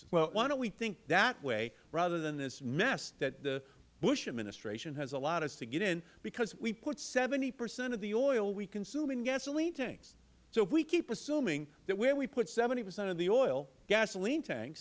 price why don't we think that way rather than this mess that the bush administration has allowed us to get in because we put seventy percent of the oil we consume in gasoline tanks so if we keep assuming that where we put seventy percent of the oil gasoline tank